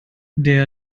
der